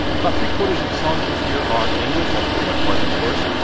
about three-quarters of the songs this year are in english. that's pretty much par for the course.